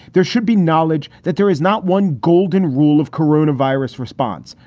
there should be knowledge that there is not one golden rule of corona virus response.